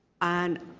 and